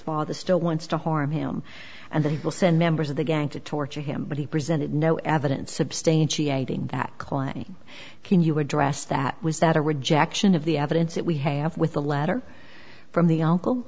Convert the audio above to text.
father still wants to harm him and that he will send members of the gang to torture him but he presented no evidence substantiating that klein can you address that was that a rejection of the evidence that we have with a letter from the uncle